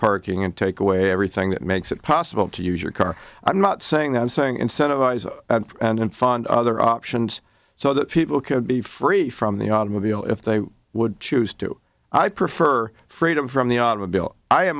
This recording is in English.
parking and take away everything that makes it possible to use your car i'm not saying i'm saying instead of eyes and fund other options so that people could be free from the automobile if they would choose to i prefer freedom from the automobile i am